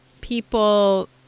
people